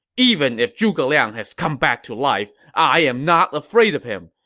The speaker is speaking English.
even if zhuge liang has come back to life, i am not afraid of him!